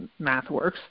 MathWorks